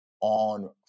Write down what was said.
on